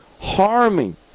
harming